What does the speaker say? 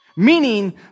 meaning